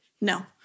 No